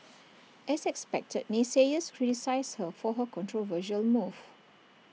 as expected naysayers criticised her for her controversial move